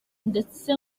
ndetse